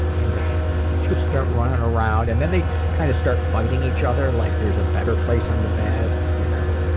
and they just started running around and then they kind of start fighting each other like there's a better place on the bed. you know?